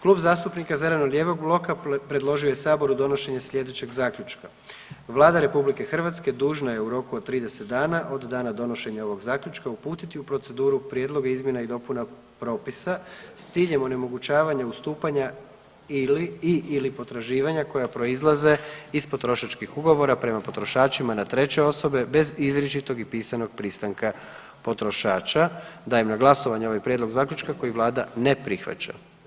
Klub zastupnika zeleno-lijevog bloka predložio je saboru donošenje sljedećeg zaključka: „Vlada RH dužna je u roku od 30 dana od dana donošenja ovog zaključka uputiti u proceduru prijedloge izmjena i dopuna propisa s ciljem onemogućavanja ustupanja i/ili potraživanja koja proizlaze iz potrošačkih ugovora prema potrošačima na treće osobe bez izričitog i pisanog pristanka potrošača.“ Dajem na glasovanje ovaj prijedlog zaključka kojeg Vlada ne prihvaća.